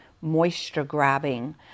moisture-grabbing